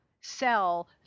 sell